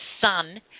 son